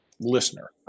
listener